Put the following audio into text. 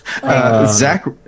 Zach